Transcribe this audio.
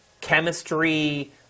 chemistry